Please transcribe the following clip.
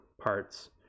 parts